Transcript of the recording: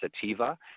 sativa